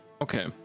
Okay